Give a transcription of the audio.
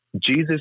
Jesus